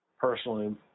Personally